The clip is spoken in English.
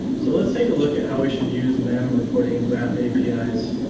so let's take a look at how we should use mem reporting graph apis.